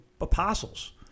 apostles